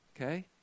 Okay